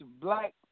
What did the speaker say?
black